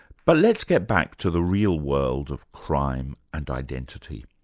but let's get back to the real world of crime and identity.